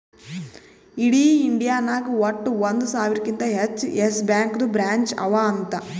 ಇಡೀ ಇಂಡಿಯಾ ನಾಗ್ ವಟ್ಟ ಒಂದ್ ಸಾವಿರಕಿಂತಾ ಹೆಚ್ಚ ಯೆಸ್ ಬ್ಯಾಂಕ್ದು ಬ್ರ್ಯಾಂಚ್ ಅವಾ ಅಂತ್